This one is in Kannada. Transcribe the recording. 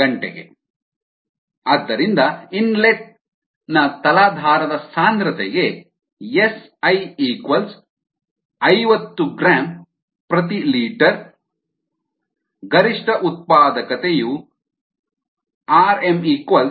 5 ಆದ್ದರಿಂದ ಇನ್ಲೆಟ್ನ ತಲಾಧಾರದ ಸಾಂದ್ರತೆಗೆ Si 50 gl 1 ಗರಿಷ್ಠ ಉತ್ಪಾದಕತೆಯು Rm 12